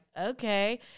okay